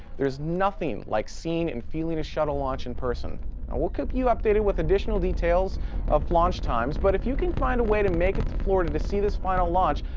there is nothing like seeing and feeling a shuttle launch in person. we will keep you updated with additional details of launch times, but if you can find a way to make it to florida to see this final launch,